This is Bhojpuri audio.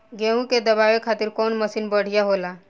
गेहूँ के दवावे खातिर कउन मशीन बढ़िया होला?